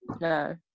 No